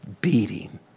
beating